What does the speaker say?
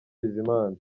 bizimana